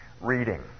reading